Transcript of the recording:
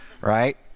right